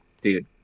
dude